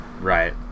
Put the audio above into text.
Right